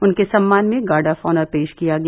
उनके सम्मान में गार्ड ऑफ ऑनर पेश किया गया